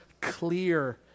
clear